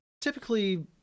typically